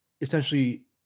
essentially